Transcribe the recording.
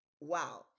Wow